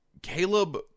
Caleb